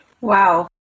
Wow